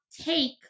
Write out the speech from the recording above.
take